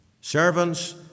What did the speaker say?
Servants